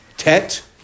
Tet